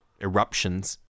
eruptions